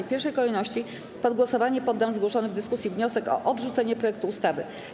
W pierwszej kolejności pod głosowanie poddam zgłoszony w dyskusji wniosek o odrzucenie projektu ustawy.